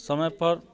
समयपर